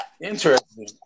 Interesting